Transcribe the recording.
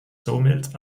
somit